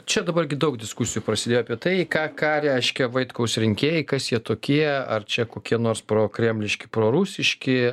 čia dabar gi daug diskusijų prasidėjo apie tai ką ką reiškia vaitkaus rinkėjai kas jie tokie ar čia kokie nors prokremliški prorusiški